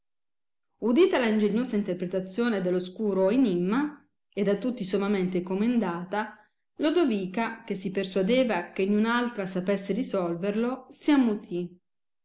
udita la ingegnosa interpretazione de l oscuro enimma e da tutti sommamente comendata lodovica che si persuadeva ebe niun altra sapesse risolverlo si ammutì ma